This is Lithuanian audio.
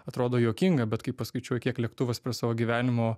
atrodo juokinga bet kai paskaičiuoji kiek lėktuvas per savo gyvenimo